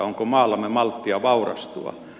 onko maallamme malttia vaurastua